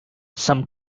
some